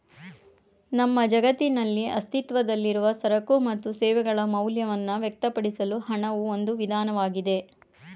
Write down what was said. ನಮ್ಮ ಜಗತ್ತಿನಲ್ಲಿ ಅಸ್ತಿತ್ವದಲ್ಲಿರುವ ಸರಕು ಮತ್ತು ಸೇವೆಗಳ ಮೌಲ್ಯವನ್ನ ವ್ಯಕ್ತಪಡಿಸಲು ಹಣವು ಒಂದು ವಿಧಾನವಾಗಿದೆ